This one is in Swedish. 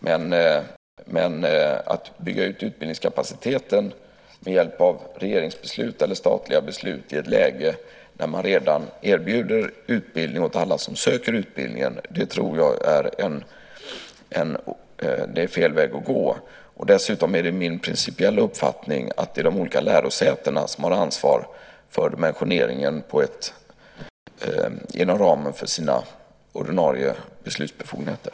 Men att bygga ut utbildningskapaciteten med hjälp av regeringsbeslut eller statliga beslut i ett läge där man redan erbjuder utbildning åt alla som söker utbildningen tror jag är fel väg att gå. Dessutom är det min principiella uppfattning att det är de olika lärosätena som har ansvar för dimensioneringen inom ramen för sina ordinarie beslutsbefogenheter.